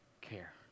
care